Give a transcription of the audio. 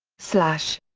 slash.